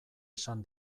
esan